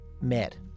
met